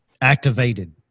activated